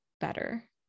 better